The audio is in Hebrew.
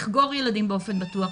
לחגור ילדים באופן בטוח,